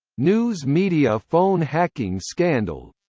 news media phone hacking scandal